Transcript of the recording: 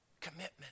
Commitment